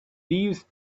these